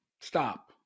stop